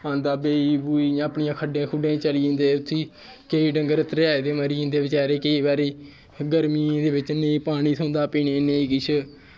खंदे बाही बूही खड्डें खुड्डें च चली जंदे चरदे उत्थै डंगर त्रेहाए दे मरी जंदे केईं बारी गर्मियें दे बिच्च नेईं पानी थ्होंदा पीने गी नेईं किश